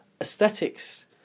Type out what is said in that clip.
Aesthetics